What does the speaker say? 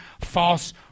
false